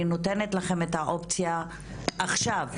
אני נותנת לכם את האופציה עכשיו,